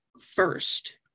first